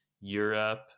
Europe